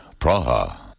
Praha